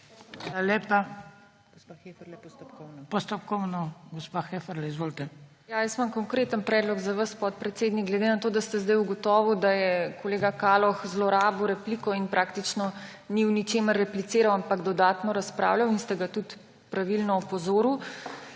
Hvala lepa. Postopkovno gospa Heferle. Izvolite. TINA HEFERLE (PS LMŠ): Imam konkreten predlog za vas, podpredsednik. Glede na to, da ste zdaj ugotovili, da je kolega Kaloh zlorabil repliko in praktično ni v ničemer repliciral, ampak dodatno razpravljal in ste ga tudi pravilno opozorili,